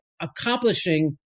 accomplishing